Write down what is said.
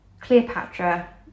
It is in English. Cleopatra